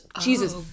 Jesus